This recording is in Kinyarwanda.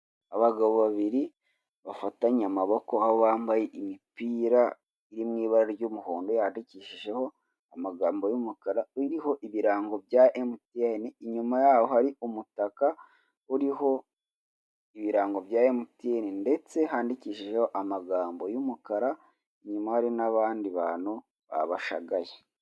Abagabo babiri bafatanye amaboko, aho bambaye imipira iri mu ibara ry'umuhondo yandikishijeho amagambo y'umukara, iriho ibirango bya MTN. Inyuma yaho hari umutaka uriho ibirango bya MTN ndetse handikishijeho amagambo y'umukara. Inyuma hari n'abandi bantu babashagaye.